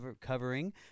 covering